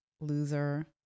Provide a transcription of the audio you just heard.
Loser